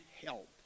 help